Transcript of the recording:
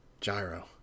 gyro